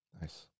Nice